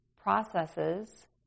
processes